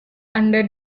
anda